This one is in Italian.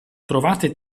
trovate